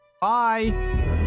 bye